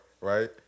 right